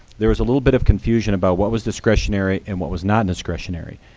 there was a little bit of confusion about what was discretionary and what was non-discretionary.